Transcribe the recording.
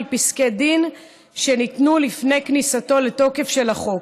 פסקי דין שניתנו לפני כניסתו לתוקף של החוק.